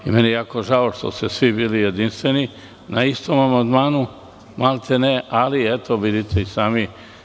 Jako mi je žao što ste svi bili jedinstveni na istom amandmanu, maltene, ali eto, vidite i sami.